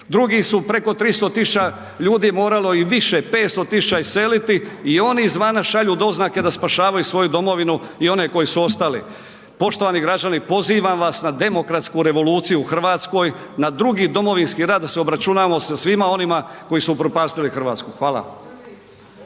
drugi su preko 300 000 ljudi moralo i više 500 000 iseliti i oni iz vana šalju doznake da spašavaju svoju domovinu i one koji su ostali. Poštovani građani, pozivam vas na demokratsku revoluciju u RH, na drugi domovinski rat da se obračunamo sa svima onima koji su upropastili RH. Hvala.